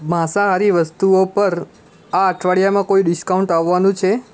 માંસાહારી વસ્તુઓ પર આ અઠવાડિયામાં કોઈ ડિસ્કાઉન્ટ આવવાનું છે